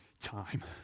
time